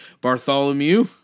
Bartholomew